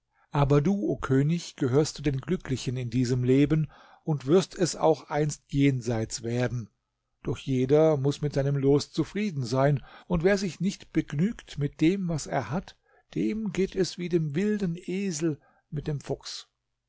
aber du o könig gehörst zu den glücklichen in diesem leben und wirst es auch einst jenseits werden doch jeder muß mit seinem los zufrieden sein und wer sich nicht begnügt mit dem was er hat dem geht es wie dem wilden esel mit dem fuchs